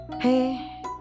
hey